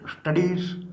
studies